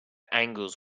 angles